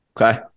Okay